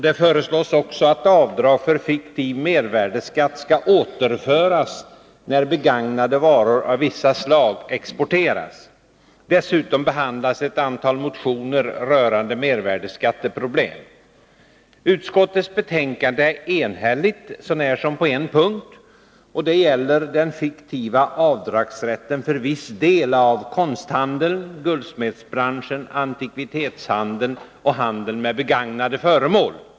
Det föreslås också att avdraget för fiktiv mervärdeskatt skall återföras när begagnade varor av vissa slag exporteras. Dessutom behandlas ett antal motioner rörande mervärdeskatteproblem. Utskottsbetänkandet är enhälligt så när som på en punkt, och det gäller den fiktiva avdragsrätten för viss del av konsthandeln, guldsmedsbranschen, antikvitetshandeln och handeln med begagnade föremål.